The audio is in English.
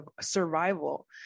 survival